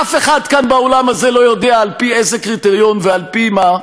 אף אחד כאן באולם הזה לא יודע על-פי איזה קריטריון ועל-פי מה,